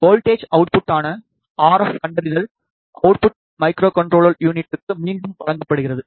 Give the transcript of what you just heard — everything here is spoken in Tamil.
வோல்ட்டேஜ் அவுட்புட்டான RF கண்டறிதல் அவுட்புட் மைக்ரோகண்ட்ரோலர் யூனிட்க்கு மீண்டும் வழங்கப்படுகிறது